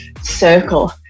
circle